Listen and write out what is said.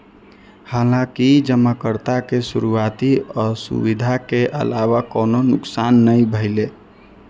हालांकि जमाकर्ता के शुरुआती असुविधा के अलावा कोनो नुकसान नै भेलै